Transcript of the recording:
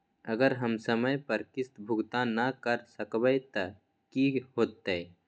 अगर हम समय पर किस्त भुकतान न कर सकवै त की होतै?